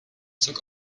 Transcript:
zog